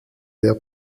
der